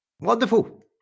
Wonderful